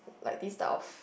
like this type of